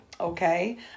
okay